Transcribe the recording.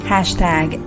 Hashtag